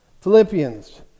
Philippians